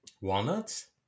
walnuts